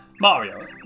Mario